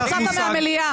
יצאת מהמליאה.